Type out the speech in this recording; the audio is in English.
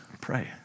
pray